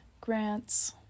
grants